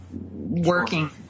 working